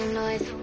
noise